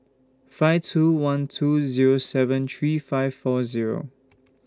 five two one two Zero seven three five four Zero